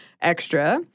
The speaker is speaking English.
extra